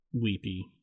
weepy